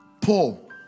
Paul